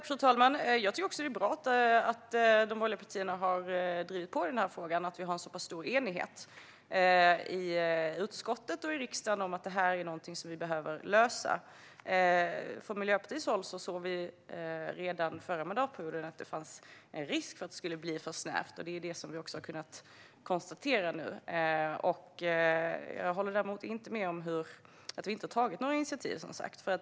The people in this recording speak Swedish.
Fru talman! Jag tycker att det är bra att de borgerliga partierna har drivit på i den här frågan och att vi har en så stor enighet i utskottet och i riksdagen om att detta är någonting som vi behöver lösa. Miljöpartiet såg redan förra mandatperioden att det fanns risk för att det skulle bli för snävt, vilket vi nu har kunnat konstatera blev fallet. Jag håller däremot inte med om att vi inte har tagit några initiativ.